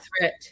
threat